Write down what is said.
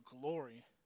glory